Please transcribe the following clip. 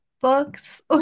books